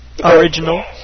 Original